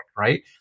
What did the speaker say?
right